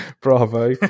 Bravo